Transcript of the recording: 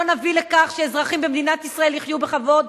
נביא לכך שאזרחים במדינת ישראל יחיו בכבוד,